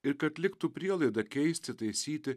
ir kad liktų prielaida keisti taisyti